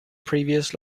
previous